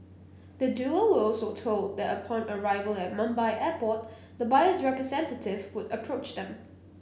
the Duo were also told that upon arrival at Mumbai Airport the buyer's representative would approach them